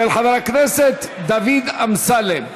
של חבר הכנסת דוד אמסלם.